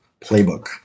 playbook